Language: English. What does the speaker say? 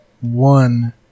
one